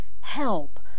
help